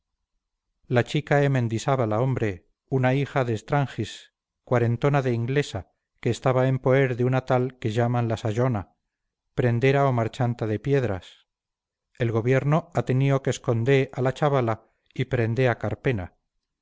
la chica e mendisába hombre una hija de extranjis cuarterona de inglesa que estaba en poer de una tal que yaman la sayona prendera o marchanta de piedras el gobierno ha tenido que escondé a la chavala y prendé a carpena